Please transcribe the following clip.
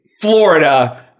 Florida